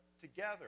together